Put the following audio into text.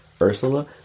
Ursula